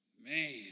Man